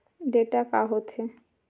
Data का होथे?